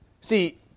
See